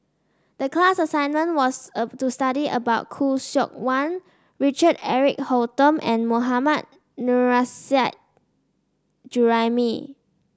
the class assignment was of to study about Khoo Seok Wan Richard Eric Holttum and Mohammad Nurrasyid Juraimi